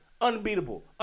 unbeatable